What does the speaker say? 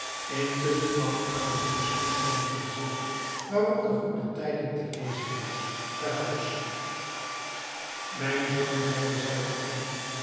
intusschen kwam aladdin's moeder met een gezicht waarop de goede tijding te lezen was tehuis mijn zoon zeide zij tot hem